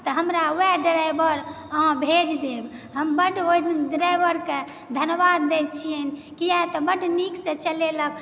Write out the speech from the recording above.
तऽ हमरा वएह ड्राइवर अहाँ भेज देब हम बड ओहि ड्राइवरके धन्यवाद दै छिअनि किया तऽ ओ वड नीकसॅं चलेलक